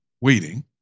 waiting